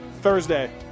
thursday